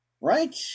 Right